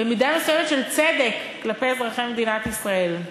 במידה מסוימת של צדק כלפי אזרחי מדינת ישראל.